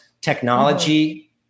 technology